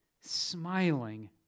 smiling